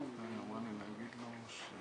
ככה נוהגים לומר.